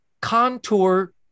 contour